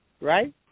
right